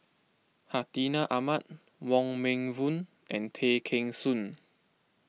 Hartinah Ahmad Wong Meng Voon and Tay Kheng Soon